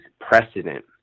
precedent